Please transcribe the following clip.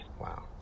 Wow